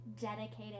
dedicated